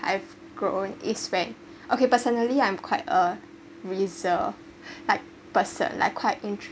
mm I think point where I grown is when okay personally I’m quite uh reserved like person quite in~